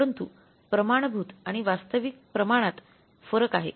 परंतु प्रमाणभूत आणि वास्तविक प्रमाणात फरक आहे